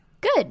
Good